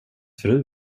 fru